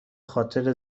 خاطر